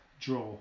draw